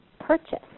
purchase